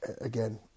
again